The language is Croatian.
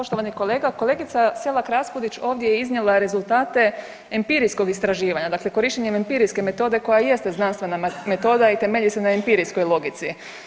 Poštovani kolega, kolegica Selak-Raspudić ovdje je iznijela rezultate empirijskog istraživanja, dakle korištenjem empirijske metode koja jeste znanstvena metoda i temelji se na empirijskoj logici.